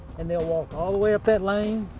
and they'll walk all the way up that lane,